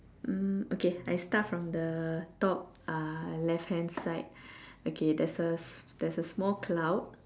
hmm okay I start from the top uh left hand side okay there's a there's a small cloud